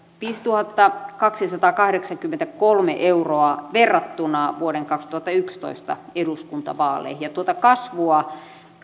viisituhattakaksisataakahdeksankymmentäkolme euroa verrattuna vuoden kaksituhattayksitoista eduskuntavaaleihin ja tuota kasvua